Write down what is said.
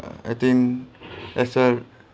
I think as a